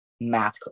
math